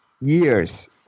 years